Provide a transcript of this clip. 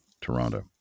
Toronto